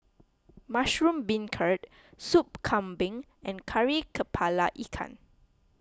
Mushroom Beancurd Sup Kambing and Kari Kepala Ikan